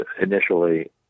initially